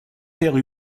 père